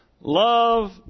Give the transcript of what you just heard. love